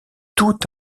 tout